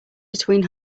between